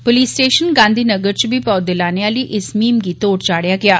police station Gandhinagar च बी पौधे लाने आली इस मुहीम गी तोड़ चाढ़ेया गेया